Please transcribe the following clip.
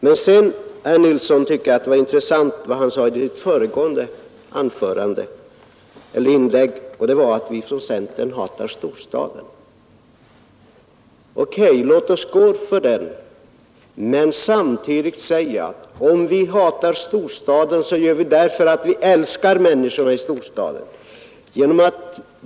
Men jag tycker det var intressant som herr Nilsson sade i sitt föregående inlägg, nämligen att vi från centern hatar storstaden. Okay, låt oss gå med på det men samtidigt säga, att om vi hatar storstaden så gör vi det därför att vi älskar människorna i storstaden.